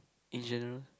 in general